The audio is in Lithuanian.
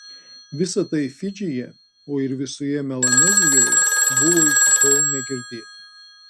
visa tai fidžyje o ir visoje melanezijoje buvo iki tol negirdėta